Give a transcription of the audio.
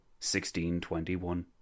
1621